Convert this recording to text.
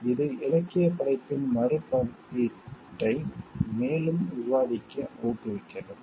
இது இலக்கியப் படைப்பின் மறுமதிப்பீட்டை மேலும் விவாதிக்க ஊக்குவிக்கிறது